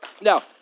Now